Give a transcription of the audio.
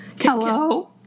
Hello